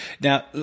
Now